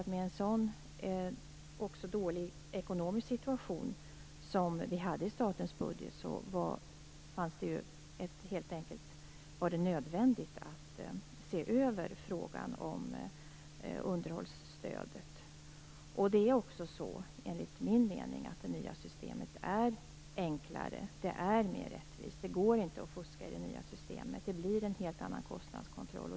Med en sådan dålig ekonomisk situation som vi hade i statens budget var det helt enkelt nödvändigt att se över frågan om underhållsstödet. Enligt min mening är det nya systemet enklare och mer rättvist. Det går inte att fuska i det nya systemet. Det blir en helt annan kostnadskontroll.